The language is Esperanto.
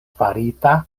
farita